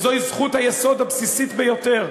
זוהי זכות היסוד הבסיסית ביותר.